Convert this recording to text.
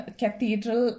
cathedral